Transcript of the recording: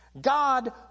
God